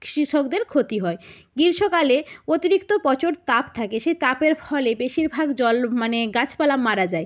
কৃষকদের ক্ষতি হয় গ্রীষ্মকালে অতিরিক্ত প্রচুর তাপ থাকে সেই তাপের ফলে বেশিরভাগ জল মানে গাছপালা মারা যায়